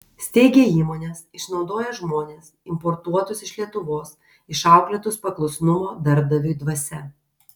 steigia įmones išnaudoja žmones importuotus iš lietuvos išauklėtus paklusnumo darbdaviui dvasia